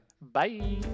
bye